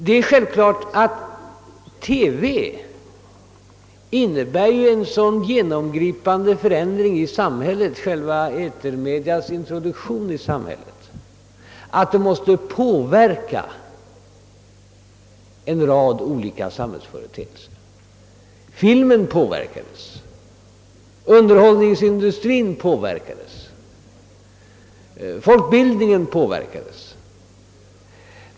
Det är självklart att introduktionen av televisionen har inneburit en genomgripande förändring i samhället som måste påverka en rad olika samhälls företeelser: filmen, underhållningsindustrien och folkbildningen.